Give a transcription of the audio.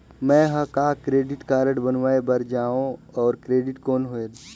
मैं ह कहाँ क्रेडिट कारड बनवाय बार जाओ? और क्रेडिट कौन होएल??